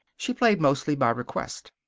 she played mostly by request.